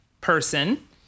person